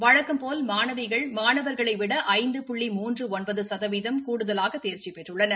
வழக்கம்போல் மாணவிகள் மாணவா்களைவிட ஐந்து புள்ளி மூன்று ஒன்பது சதவீதம் கூடுதலாக தேர்ச்சி பெற்றுள்ளனர்